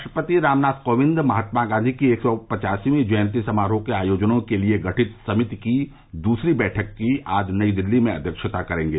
राष्ट्रपति रामनाथ कोविंद महात्मा गांधी की एक सौ पचासवीं जयन्ती समारोह के आयोजनों के लिए गठित समिति की दूसरी बैठक की आज नई दिल्ली में अव्यक्षता करेंगे